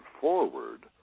forward